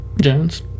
Jones